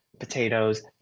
potatoes